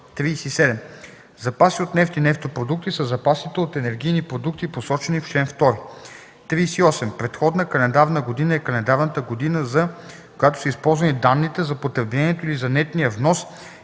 37. „Запаси от нефт и нефтопродукти” са запасите от енергийните продукти, посочени в чл. 2. 38. „Предходна календарна година” е календарната година, за която са използвани данните за потреблението или за нетния внос и